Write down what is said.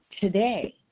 today